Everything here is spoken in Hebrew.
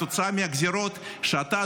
כתוצאה מהגזרות שאתה,